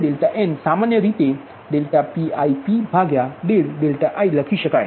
P2np સામાન્ય રીતે Piip લખી શકાય